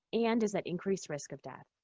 and is at increased risk of death.